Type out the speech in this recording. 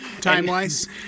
Time-wise